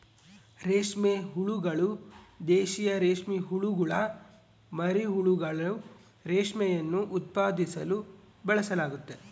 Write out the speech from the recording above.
ರೇಷ್ಮೆ ಹುಳುಗಳು, ದೇಶೀಯ ರೇಷ್ಮೆಹುಳುಗುಳ ಮರಿಹುಳುಗಳು, ರೇಷ್ಮೆಯನ್ನು ಉತ್ಪಾದಿಸಲು ಬಳಸಲಾಗ್ತತೆ